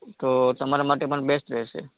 તો તમારા માટે પણ બેસ્ટ રહેશે